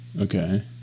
Okay